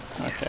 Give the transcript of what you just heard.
Okay